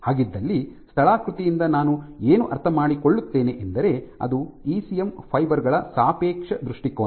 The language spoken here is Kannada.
ಹಾಗಿದ್ದಲ್ಲಿ ಸ್ಥಳಾಕೃತಿಯಿಂದ ನಾನು ಏನು ಅರ್ಥಮಾಡಿಕೊಳ್ಳುತ್ತೇನೆ ಎಂದರೆ ಅದು ಇಸಿಎಂ ಫೈಬರ್ ಗಳ ಸಾಪೇಕ್ಷ ದೃಷ್ಟಿಕೋನ